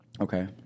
okay